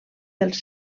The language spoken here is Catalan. dels